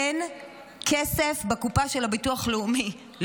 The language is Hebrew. אין כסף בקופה של הביטוח הלאומי,